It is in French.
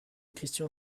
christian